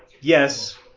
Yes